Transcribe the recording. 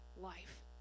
life